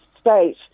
state